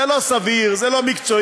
זה לא סביר, זה לא מקצועי.